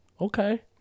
Okay